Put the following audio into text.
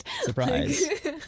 Surprise